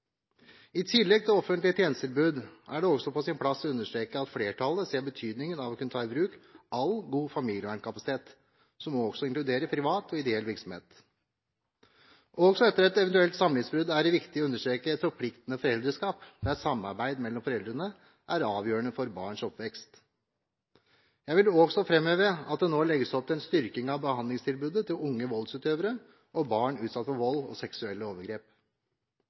I tillegg til offentlig tjenestetilbud er det også på sin plass å understreke at flertallet ser betydningen av å kunne ta i bruk all god familievernkapasitet, som også inkluderer privat og ideell virksomhet. Også etter et samlivsbrudd er det viktig å understreke et forpliktende foreldreskap, der samarbeid mellom foreldrene er avgjørende for barns oppvekst. Jeg vil også framheve at det nå legges opp til en styrking av behandlingstilbudet til unge voldsutøvere og barn utsatt for vold og seksuelle overgrep.